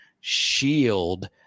shield